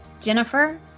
Jennifer